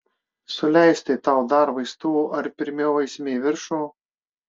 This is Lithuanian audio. suleisti tau dar vaistų ar pirmiau eisime į viršų